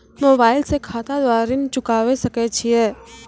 Mobile से खाता द्वारा ऋण चुकाबै सकय छियै?